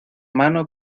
mano